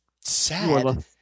sad